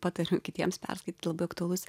patariu kitiems perskaityt labai aktualus